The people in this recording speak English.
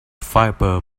fiber